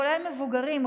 כולל מבוגרים,